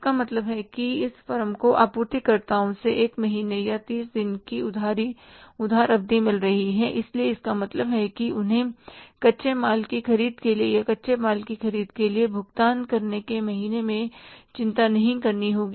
इसका मतलब है कि इस फर्म को आपूर्तिकर्ताओं से 1 महीने या 30 दिनों की उधार अवधि मिल रही है इसलिए इसका मतलब है कि उन्हें कच्चे माल की ख़रीद के लिए या कच्चे माल की ख़रीद के लिए भुगतान करने के महीने में चिंता नहीं करनी होगी